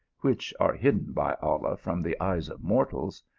which are hidden by allah from the eyes of mortals.